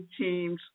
teams